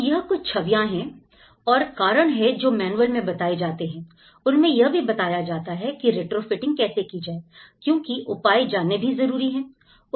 तो यह कुछ छवियां और कारण है जो मैनुअल में बताए गए हैं उनमें यह भी बताया जाता है की रिट्रोफिटिंग कैसे की जाए क्योंकि उपाय जानने भी जरूरी है